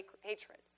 hatred